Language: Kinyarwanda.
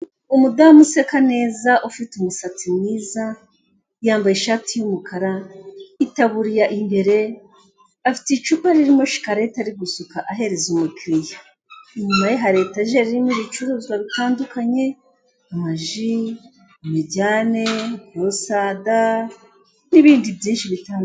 Umudamu useka neza ufite umusatsi mwiza, yambaye ishati y'umukara, itaburiya imbere afite icupa ririmo shikarete ari gusuka ahereza umukiriya inyuma ye hari etajeri irimo ibicuruzwa bitandukanye nka ji, amajyane, burosada n'ibindi byinshi bitandukanye.